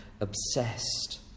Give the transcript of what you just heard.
obsessed